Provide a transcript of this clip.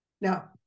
now